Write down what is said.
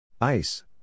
Ice